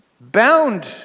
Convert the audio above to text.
Bound